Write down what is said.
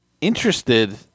interested